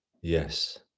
Yes